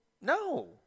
no